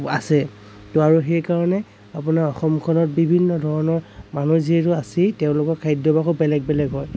খুব আছে ত' আৰু সেইকাৰণে আপোনাৰ অসমখনত বিভিন্ন ধৰণৰ মানুহ যিহেতু আছেই তেওঁলোকৰ খাদ্য়াভ্যাসো বেলেগ বেলেগ হয়